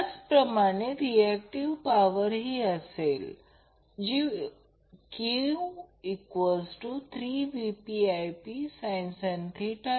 कधीकधी मी असे लिहितो बार न लावण्याऐवजी हे समजण्यासारखे आहे परंतु हे मग्निट्यूड आहे हे अँगल समजण्यायोग आहे